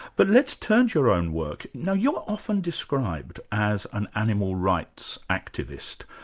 but let's turn to your own work. now you're often described as an animal rights activist,